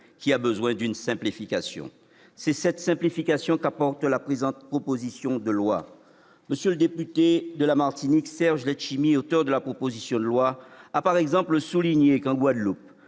qui a besoin d'une simplification. C'est cette simplification que tend à apporter la présente proposition de loi. M. le député de la Martinique Serge Letchimy, auteur de la proposition de loi, a, par exemple, souligné qu'en Guadeloupe